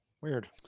weird